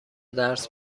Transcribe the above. درس